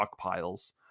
stockpiles